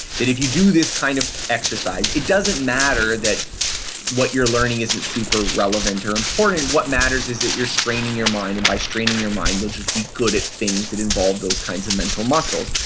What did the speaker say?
that if you do this kind of exercise, it doesn't matter that what you're learning isn't super relevant or important. what matters is that you're straining your mind and by straining your mind, you'll just be good at things that involve those kinds of mental muscles.